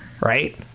Right